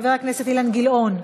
חבר הכנסת אילן גילאון.